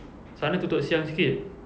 sana tutup siang sikit